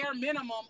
minimum